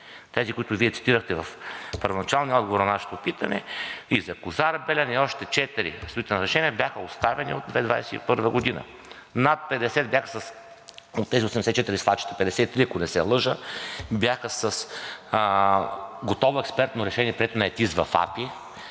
Тези, които Вие цитирахте в първоначалния отговор на нашето питане – и за Козар Белене, и още четири строителни разрешения, бяха оставени от 2021 г. От тези 84 свлачища 53, ако не се лъжа, бяха с готово експертно решение, прието на ЕТИС в АПИ.